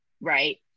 right